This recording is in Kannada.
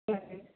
ಸರಿ